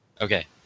Okay